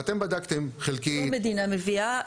ואתם בדקתם חלקי --- לא המדינה מביאה.